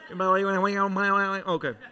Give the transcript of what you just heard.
Okay